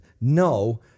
no